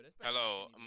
Hello